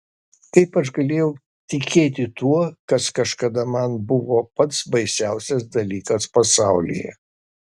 kaip aš galėjau tikėti tuo kas kažkada man buvo pats baisiausias dalykas pasaulyje